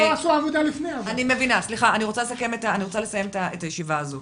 אני רוצה לסכם את הישיבה הזאת.